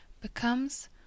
becomes